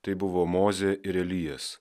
tai buvo mozė ir elijas